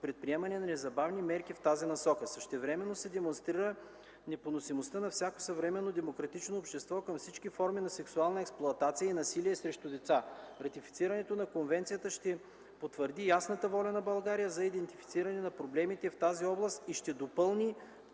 предприемането на незабавни мерки в тази насока. Същевременно се демонстрира непоносимостта на всяко съвременно демократично общество към всички форми на сексуална експлоатация и насилие срещу деца. Ратифицирането на конвенцията ще потвърди ясната воля на България за идентифициране на проблемите в тази област и ще допълни